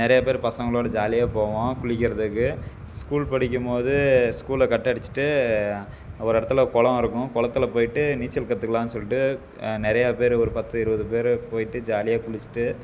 நிறையா பேர் பசங்களோடு ஜாலியாக போவோம் குளிக்கிறதுக்கு ஸ்கூல் படிக்கும் போது ஸ்கூலை கட் அடிச்சுட்டு ஒரு இடத்துல குளம் இருக்கும் குளத்துல போய்விட்டு நீச்சல் கற்றுக்கலான்னு சொல்லிட்டு நிறையா பேர் ஒரு பத்து இருபது பேர் போய்விட்டு ஜாலியாக குளிச்சுட்டு